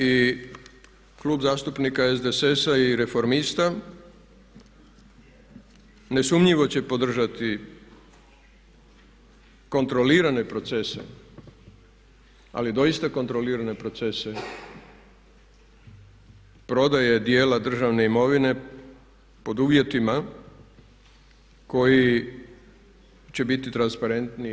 I Klub zastupnika SDSS-a i reformista ne sumnjivo će podržati kontrolirane procese ali doista kontrolirane procese prodaje dijela državne imovine pod uvjetima koji će biti transparentni i jasni.